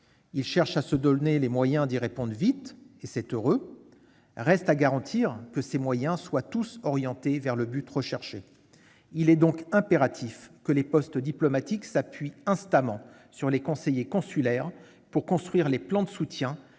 Il cherche à se donner les moyens d'y répondre vite, et c'est heureux. Reste à garantir que ces moyens seront tous orientés vers la finalité recherchée. Il est donc impératif que les postes diplomatiques s'appuient instamment sur les conseillers consulaires pour construire les plans de soutien